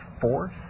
force